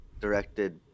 directed